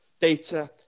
data